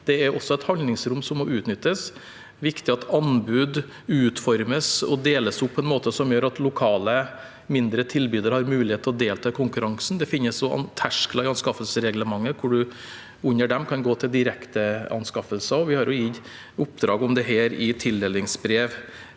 det er også et handlingsrom som må utnyttes. Det er viktig at anbud utformes og deles opp på en måte som gjør at lokale, mindre tilbydere har mulighet til å delta i konkurransen. Det finnes noen terskler i anskaffelsesreglementet, og under dem kan en gå til direkte anskaffelser. Vi har gitt oppdrag om dette i tildelingsbrev